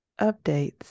updates